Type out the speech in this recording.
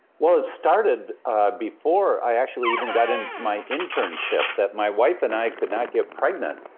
well, it started before i actually even got into my internship, that my wife and i could not get pregnant.